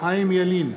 חיים ילין,